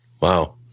Wow